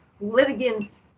litigants